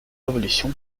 évolution